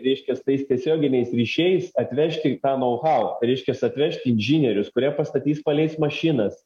reiškias tais tiesioginiais ryšiais atvežti tą nau hau reiškias atvežt inžinierius kurie pastatys paleis mašinas